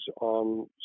on